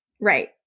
Right